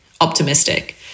optimistic